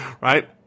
right